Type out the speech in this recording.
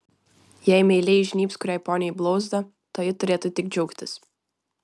jei meiliai įžnybs kuriai poniai į blauzdą toji turėtų tik džiaugtis